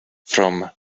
from